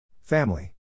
Family